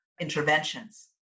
interventions